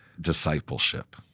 discipleship